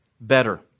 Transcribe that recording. better